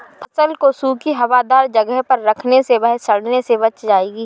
फसल को सूखी, हवादार जगह पर रखने से वह सड़ने से बच जाएगी